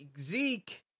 Zeke